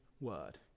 Word